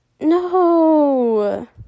No